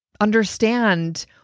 understand